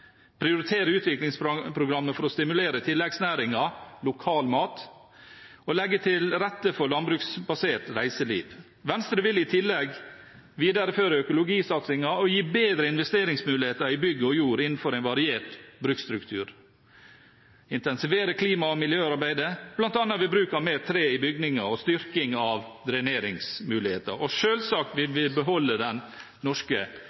prioritere utviklingsprogrammet for å stimulere tilleggsnæringer/lokalmat og legge til rette for landbruksbasert reiseliv. Venstre vil i tillegg videreføre økologisatsingen, gi bedre investeringsmuligheter i bygg og jord innenfor en variert bruksstruktur, intensivere klima- og miljøarbeidet, bl.a. ved bruk av mer tre i bygninger og styrking av dreneringsmuligheter, og selvsagt vil vi beholde den norske